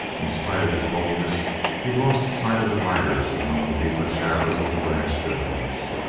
in spite of his boldness he lost sight of the riders among the deeper shadows of the ranch buildings,